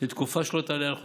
לתקופה שלא תעלה על חודשיים.